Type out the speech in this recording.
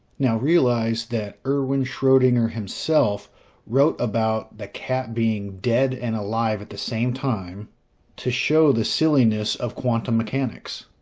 now realize that erwin schrodinger himself wrote about the cat being dead and alive at the same time to show the silliness of quantum mechanics.